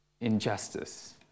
injustice